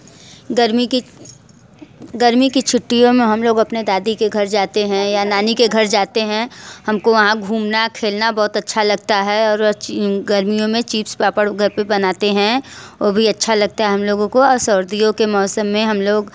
गर्मी की गर्मी की छुट्टियों में हम लोग अपने दादी के घर जाते हैं या नानी के घर जाते हैं हमको वहाँ घूमने खेलना बहुत अच्छा लगता है और अच गर्मियों में चीप्स पापड़ घर पे बनाते हैं वो भी अच्छा लगता है हम लोगों को और सर्दियों के मौसम में हम लोग